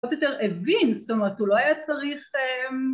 עוד יותר הבין, זאת אומרת, הוא לא היה צריך אה...